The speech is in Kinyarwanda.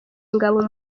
ingabo